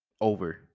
over